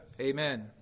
Amen